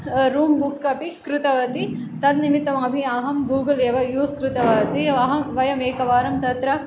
room book अपि कृतवती तद्निमित्तमपि अहं गूगल् एव यूस् कृतवती अहं वयमेकवारं तत्र